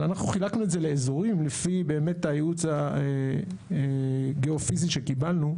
אנחנו חילקנו את זה לאזורים לפי באמת הייעוץ הגיאופיזי שקיבלנו,